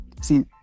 See